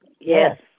Yes